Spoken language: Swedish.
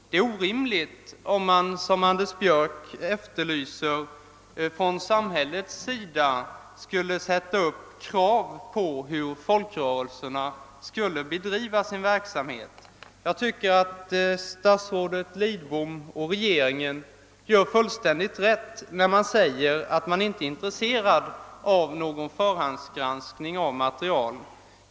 Det vore orimligt om samhället, vilket herr Björck i Nässjö efterlyser, skulle ställa krav på hur folkrörelserna skall bedriva sin verksamhet. Jag tycker att statsrådet Lidbom och regeringen gör fullständigt rätt när de säger att de inte är intresserade av någon förhandsgranskning av material.